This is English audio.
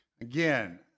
Again